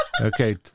Okay